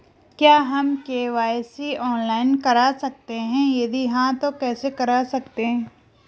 क्या हम KYC online करा सकते हैं यदि हाँ तो कैसे करा सकते हैं?